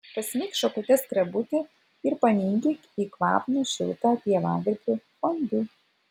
pasmeik šakute skrebutį ir paminkyk į kvapnų šiltą pievagrybių fondiu